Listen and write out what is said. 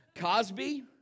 Cosby